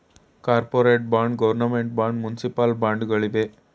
corporate bond, government bond, municipal bond ಗಳಿವೆ